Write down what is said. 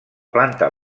planta